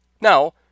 Now